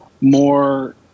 more